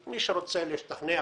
לא להפריע,